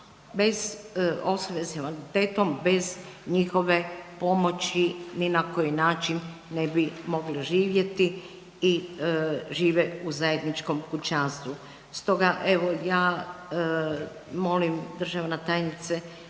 a osobe s invaliditetom bez njihove pomoći ni na koji način ne bi mogli živjeti i žive u zajedničkom kućanstvu. Stoga evo ja molim državna tajnice